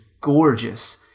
gorgeous